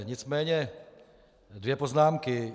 Nicméně dvě poznámky.